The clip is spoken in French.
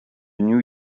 new